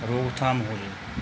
ਰੋਕਥਾਮ ਹੋ ਜਾਏ